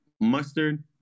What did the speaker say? mustard